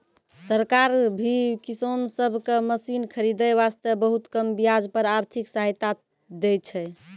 सरकार भी किसान सब कॅ मशीन खरीदै वास्तॅ बहुत कम ब्याज पर आर्थिक सहायता दै छै